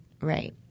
right